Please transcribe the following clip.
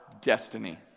destiny